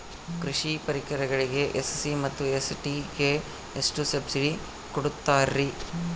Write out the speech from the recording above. ಕೃಷಿ ಪರಿಕರಗಳಿಗೆ ಎಸ್.ಸಿ ಮತ್ತು ಎಸ್.ಟಿ ಗೆ ಎಷ್ಟು ಸಬ್ಸಿಡಿ ಕೊಡುತ್ತಾರ್ರಿ?